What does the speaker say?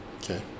Okay